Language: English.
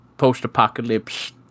post-apocalypse